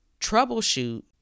troubleshoot